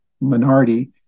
minority